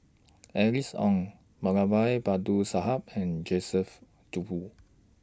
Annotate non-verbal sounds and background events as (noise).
Alice Ong (unintelligible) Babu Sahib and Joseph Grimberg